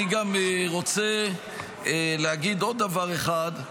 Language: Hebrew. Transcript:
אני גם רוצה להגיד עוד דבר אחד: